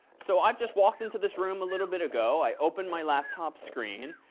so i've just walked into this room a little bit ago. i open my laptop screen.